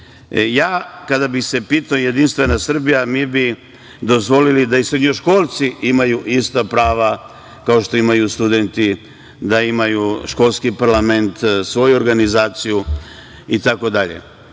bih se pitao, JS, mi bi dozvolili da i srednjoškolci imaju ista prava, kao što imaju studenti, da imaju školski parlament, svoju organizaciju itd. Vi